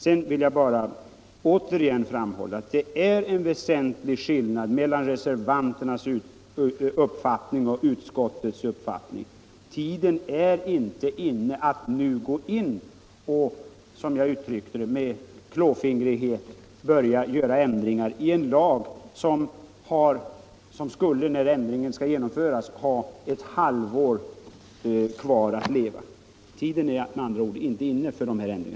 Sedan vill jag bara återigen framhålla att det är en väsentlig skillnad mellan reservanternas uppfattning och utskottsmajoritetens. Tiden är inte inne för att nu, som jag uttryckte det, med klåfingrighet börja göra ändringar i en lag som när ändringen skulle träda i kraft har ett halvt år kvar att leva.